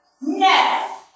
No